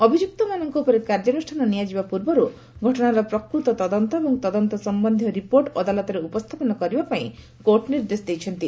ଅଭିଯୁକ୍ତମାନଙ୍କ ଉପରେ କାର୍ଯ୍ୟାନ୍ରଷ୍ଠାନ ନିଆଯିବା ପୂର୍ବର୍ ଘଟଣାର ପ୍ରକୃତ ତଦନ୍ତ ଏବଂ ତଦନ୍ତ ସମ୍ଭନ୍ଧୀୟ ରିପୋର୍ଟ ଅଦାଲତରେ ଉପସ୍ଥାପନ କରିବା ପାଇଁ କୋର୍ଟ ନିର୍ଦ୍ଦେଶ ଦେଇଛନ୍ତି